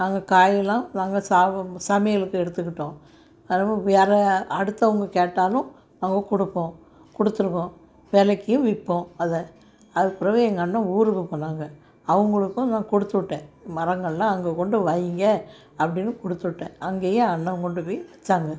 நாங்கள் காயெல்லாம் நாங்கள் சாப்பிட சமையலுக்கு எடுத்துக்கிட்டோம் அதுவும் வேறே அடுத்தவங்க கேட்டாலும் நாங்கள் கொடுப்போம் கொடுத்துருவோம் விலைக்கும் விற்போம் அதை அது பிறகு எங்கள் அண்ணன் ஊருக்குப் போனாங்க அவங்களுக்கும் நான் கொடுத்து விட்டேன் மரங்கள்லாம் அங்கே கொண்டு வைங்க அப்படின்னு கொடுத்து விட்டேன் அங்கேயும் அண்ணன் கொண்டு போய் வச்சாங்க